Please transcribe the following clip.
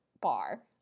bar